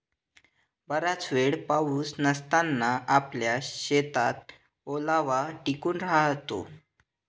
बराच वेळ पाऊस नसताना आपल्या शेतात ओलावा टिकून राहतो